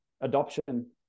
adoption